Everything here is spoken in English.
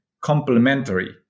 complementary